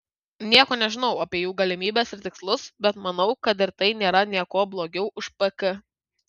nieko nežinau apie jų galimybes ir tikslus bet manau kad ir tai nėra niekuo blogiau už pk